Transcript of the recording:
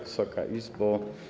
Wysoka Izbo!